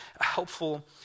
helpful